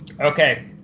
Okay